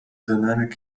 dynamic